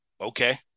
okay